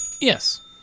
Yes